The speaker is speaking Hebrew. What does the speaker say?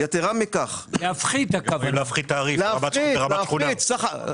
להפחית, הכוונה?